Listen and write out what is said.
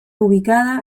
ubicada